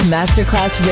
Masterclass